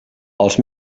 els